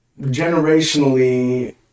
Generationally